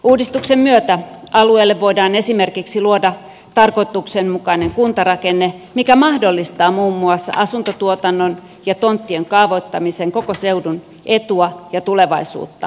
uudistuksen myötä alueelle voidaan esimerkiksi luoda tarkoituksenmukainen kuntarakenne mikä mahdollistaa muun muassa asuntotuotannon ja tonttien kaavoittamisen koko seudun etua ja tulevaisuutta palvellen